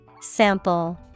Sample